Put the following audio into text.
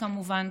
כמובן.